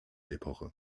epoche